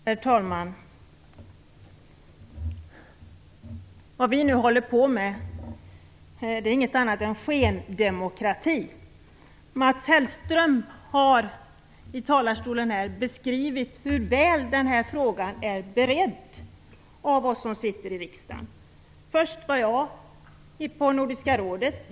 Herr talman! Vad vi nu håller på med är inget annat än skendemokrati. Mats Hellström har här i talarstolen beskrivit hur väl den här frågan är beredd av oss som sitter i riksdagen. Först var jag på Nordiska rådet.